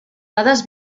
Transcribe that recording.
dades